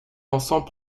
ensemble